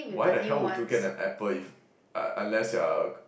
why the hell would you get an Apple if uh unless you're a